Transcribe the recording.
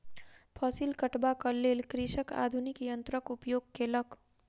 फसिल कटबाक लेल कृषक आधुनिक यन्त्रक उपयोग केलक